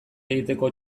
egiteko